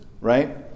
right